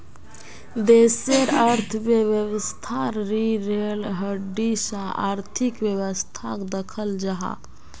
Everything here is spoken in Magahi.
देशेर अर्थवैवास्थार रिढ़ेर हड्डीर सा आर्थिक वैवास्थाक दख़ल जाहा